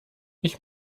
ich